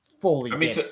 fully